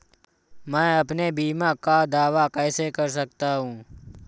मैं अपने बीमा का दावा कैसे कर सकता हूँ?